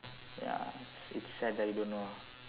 ya it's sad that you don't know ah